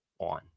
on